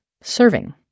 serving